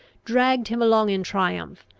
dragged him along in triumph,